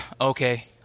Okay